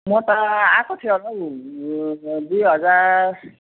म त आएको थिएँ होला हो यो दुई हजार